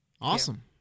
Awesome